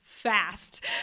fast